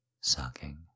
sucking